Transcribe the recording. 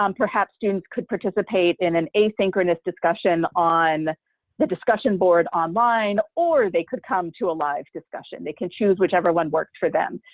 um perhaps students could participate in an asynchronous discussion on the discussion board online, or they could come to a live discussion. they can choose whichever one works for them.